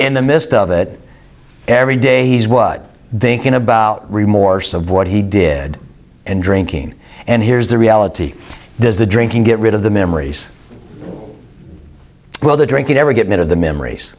in the midst of it every day thinking about remorse of what he did and drinking and here's the reality does the drinking get rid of the memories well the drink you never get rid of the memories